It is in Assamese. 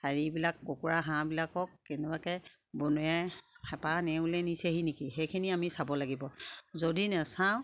হেৰিবিলাক কুকুৰা হাঁহবিলাকক কেনেবাকে বনৰীয়া হেপা নেউলে নিচেহি নেকি সেইখিনি আমি চাব লাগিব যদি নেচাওঁ